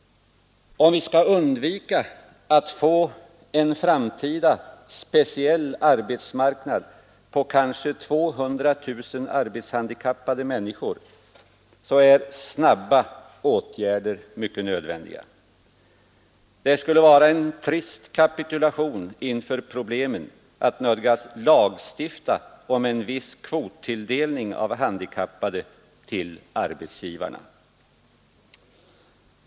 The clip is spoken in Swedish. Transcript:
Om vi skall kunna undvika att få en framtida speciell arbetsmarknad på kanske 200 000 arbetshandikappade människor, så är snabba åtgärder nödvändiga. Det skulle vara en trist kapitulation inför problemen att nödgas lagstifta om en viss kvot tilldelning av handikappade till arbetsgivarna.